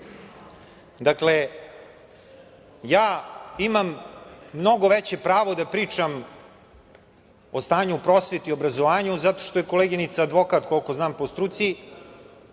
Dakle, ja imam mnogo veće pravo da pričam o stanju o prosveti i obrazovanju, a koleginica je advokat, koliko znam, po struci.